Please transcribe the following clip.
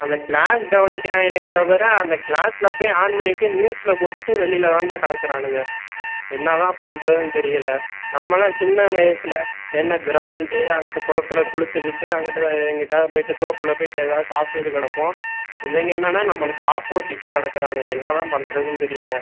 அந்த கிளாஸ் கவனிக்கிறாங்களே தவிர அந்த கிளாஸில் போய் ஆன் பண்ணிவிட்டு மியூட்டில் போட்டுட்டு வெளியில் தான்டா கிடக்குறானுங்க என்ன தான் பண்ணுறதுன்னு தெரியலை நம்மலாம் சின்ன வயசில் என்ன கிரவுண்டு அங்கிட்டு குளத்தில் குளித்துக்கிட்டு அங்கிட்டு எங்கிட்டாவது போயிட்டு தோப்பில் போயிட்டு எதாவது சாப்பிட்டுக்கிட்டு கிடப்போம் இவங்க என்னனால் நம்மளுக்கு ஆப்போசிட்லாம் கிடக்குறாங்க என்ன தான் பண்ணுறதுன்னு தெரியலை